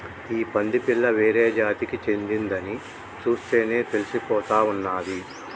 ఈ పంది పిల్ల వేరే జాతికి చెందిందని చూస్తేనే తెలిసిపోతా ఉన్నాది